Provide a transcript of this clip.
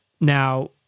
Now